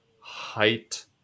height